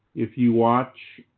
if you watch